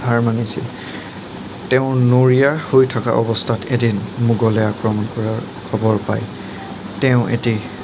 হাৰ মানিছিল তেওঁ নৰিয়া হৈ থকা অৱস্থাত এদিন মোগলে আক্ৰমণ কৰাৰ খবৰ পাই তেওঁ এটি